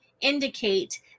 indicate